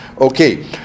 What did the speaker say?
Okay